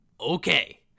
Okay